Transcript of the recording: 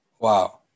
wow